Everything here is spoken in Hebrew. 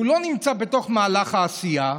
הוא לא נמצא בתוך מהלך העשייה,